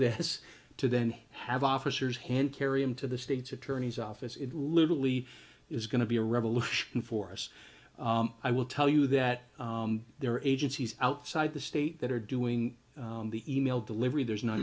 this to then have officers hand carry him to the states attorney's office it literally is going to be a revolution for us i will tell you that there are agencies outside the state that are doing the email delivery there's no